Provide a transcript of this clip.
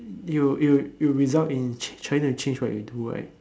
you you you result in trying to change what you do right